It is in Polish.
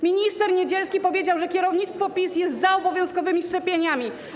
Minister Niedzielski powiedział, że kierownictwo PiS jest za obowiązkowymi szczepieniami.